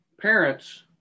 parents